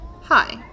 Hi